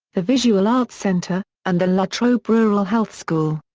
the visual art centre, and the la trobe rural health school.